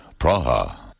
Praha